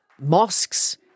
mosques